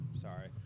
Sorry